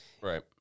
Right